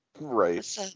Right